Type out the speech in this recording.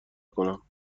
کنم